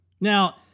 Now